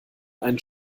einen